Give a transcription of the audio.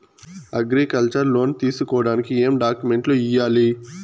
Agriculture loan తీసుకోడానికి ఏం డాక్యుమెంట్లు ఇయ్యాలి?